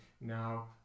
now